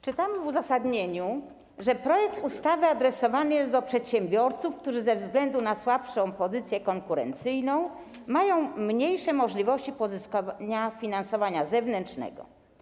Czytamy w uzasadnieniu, że projekt ustawy adresowany jest do przedsiębiorców, którzy ze względu na słabszą pozycję konkurencyjną mają mniejsze możliwości pozyskania finansowania zewnętrznego.